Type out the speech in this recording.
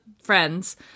friends